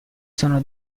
sono